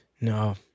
No